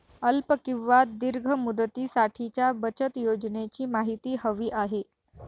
अल्प किंवा दीर्घ मुदतीसाठीच्या बचत योजनेची माहिती हवी आहे